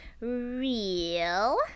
real